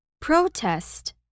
Protest